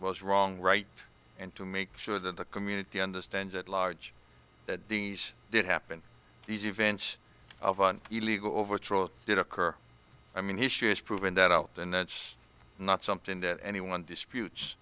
was wrong right and to make sure that the community understands at large that did happen these events of an illegal over troll did occur i mean history has proven that out and that's not something that anyone disputes